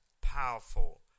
powerful